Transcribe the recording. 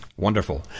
Wonderful